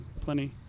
plenty